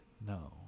No